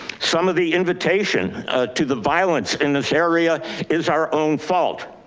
some of the invitation to the violence in this area is our own fault.